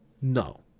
no